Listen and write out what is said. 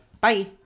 bye